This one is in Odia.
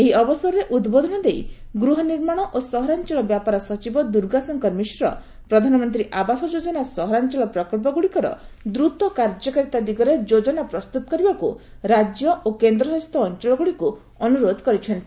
ଏହି ଅବସରରେ ଉଦ୍ବୋଧନ ଦେଇ ଗୃହ ନିର୍ମାଣ ଓ ସହଞ୍ଚଳ ବ୍ୟାପାର ସଚିବ ଦୁର୍ଗାଶଙ୍କର ମିଶ୍ର 'ପ୍ରଧାନମନ୍ତ୍ରୀ ଆବାସ ଯୋଜନା ସହରାଞ୍ଚଳ' ପ୍ରକଳ୍ପ ଗୁଡ଼ିକର ଦ୍ରତ କାର୍ଯ୍ୟକାରିତା ଦିଗରେ ଯୋଜନା ପ୍ରସ୍ତୁତ କରିବାକୁ ରାଜ୍ୟ ଓ କେନ୍ଦ୍ର ଶାସିତ ଅଞ୍ଚଳଗୁଡ଼ିକୁ ଅନୁରୋଧ କରିଛନ୍ତି